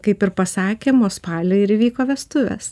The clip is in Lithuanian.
kaip ir pasakėm o spalį ir įvyko vestuvės